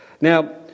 Now